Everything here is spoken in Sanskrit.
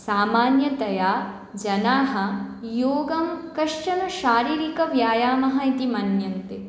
समान्यतया जनाः योगं कश्चन शारीरिकव्यायामः इति मन्यन्ते